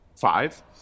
five